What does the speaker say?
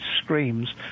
screams